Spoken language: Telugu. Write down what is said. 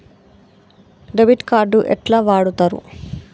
డెబిట్ కార్డు ఎట్లా వాడుతరు?